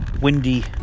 windy